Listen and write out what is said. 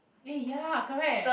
eh ya correct